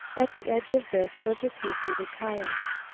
at the edge of this was a two-seated kiak.